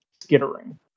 skittering